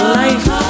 life